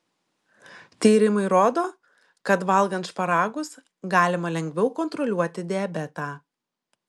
tyrimai rodo kad valgant šparagus galima lengviau kontroliuoti diabetą